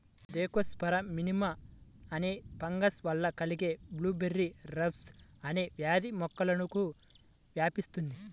Thekopsora minima అనే fungus వల్ల కలిగే బ్లూబెర్రీ రస్ట్ అనే వ్యాధి మొక్కలకు వ్యాపిస్తుంది